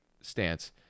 stance